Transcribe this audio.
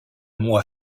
moi